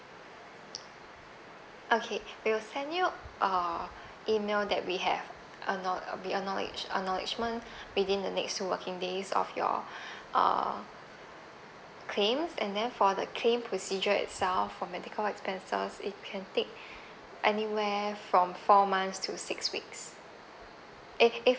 okay we will send you uh email that we have ackno~ be acknowledge acknowledgement within the next two working days of your uh claims and then for the claim procedure itself for medical expenses it can take anywhere from four months to six weeks eh eh